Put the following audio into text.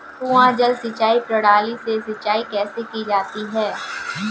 कुआँ जल सिंचाई प्रणाली से सिंचाई कैसे की जाती है?